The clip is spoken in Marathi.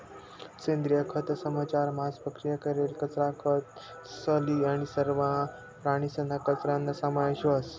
सेंद्रिय खतंसमझार मांस प्रक्रिया करेल कचरा, खतं, स्लरी आणि सरवा प्राणीसना कचराना समावेश व्हस